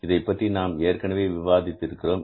இதைப்பற்றி நாம் ஏற்கனவே விவாதித்து இருக்கிறோம்